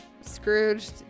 Scrooge